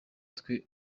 twe